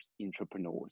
entrepreneurs